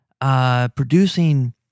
producing